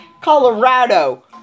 Colorado